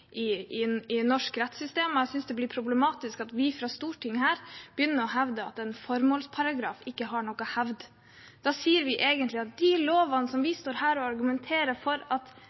i det norske rettssystemet, og jeg synes det blir problematisk at vi her fra Stortinget begynner å hevde at en formålsparagraf ikke har noe hevd. Da sier vi egentlig at de lovene som vi står her og argumenter for